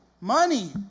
money